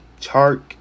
Chark